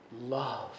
love